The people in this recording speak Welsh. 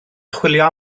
chwilio